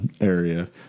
area